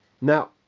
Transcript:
Now